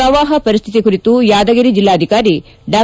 ಪ್ರವಾಹ ಪರಿಸ್ನಿತಿ ಕುರಿತು ಯಾದಗಿರಿ ಜಿಲ್ಲಾಧಿಕಾರಿ ಡಾ